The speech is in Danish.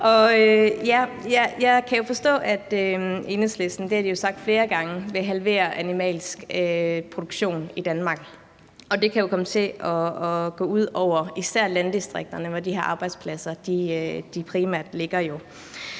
det har I jo sagt flere gange – vil halvere animalsk produktion i Danmark, og det kan jo især komme til at gå ud over landdistrikterne, hvor de her arbejdspladser jo primært ligger.